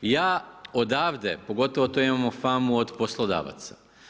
Ja odavde, pogotovo tu imamo famu od poslodavaca.